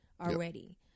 already